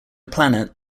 planet